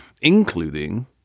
including